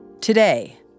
Today